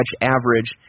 average